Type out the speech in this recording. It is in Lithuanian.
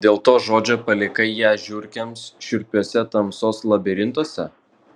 dėl to žodžio palikai ją žiurkėms šiurpiuose tamsos labirintuose